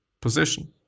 position